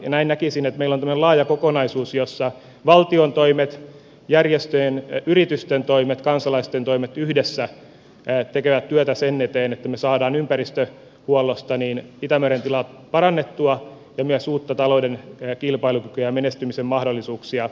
näin näkisin että meillä on tämmöinen laaja kokonaisuus jossa valtion toimet järjestöjen yritysten toimet kansalaisten toimet yhdessä tekevät työtä sen eteen että me saamme ympäristönhuollolla itämeren tilaa parannettua ja myös uutta talouden kilpailukykyä ja menestymisen mahdollisuuksia